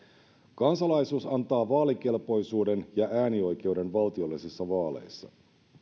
kansalaisuus antaa vaalikelpoisuuden ja äänioikeuden valtiollisissa vaaleissa